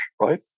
right